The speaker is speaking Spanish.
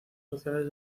sociales